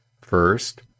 First